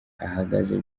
ahagaze